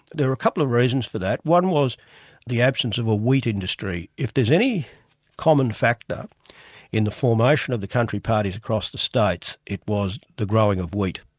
there are a couple of reasons for that one was the absence of a wheat industry. if there's any common factor in the formation of the country parties across the states, it was the growing of wheat.